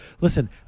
listen